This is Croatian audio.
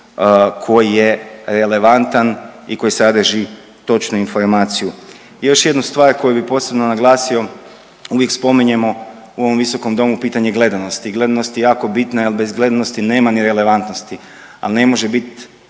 koji je relevantan i koji sadrži točnu informaciju. I još jednu stvar koju bi posebno naglasio uvijek spominjemo u ovom visokom domu pitanje gledanosti i gledanost je jako bitna jer bez gledanosti nema ni relevantnosti, a ne može biti